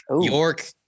York